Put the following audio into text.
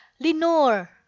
Lenore